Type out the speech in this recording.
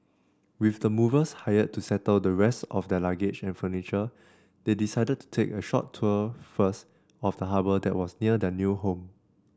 with the movers hired to settle the rest of their luggage and furniture they decided to take a short tour first of the harbour that was near their new home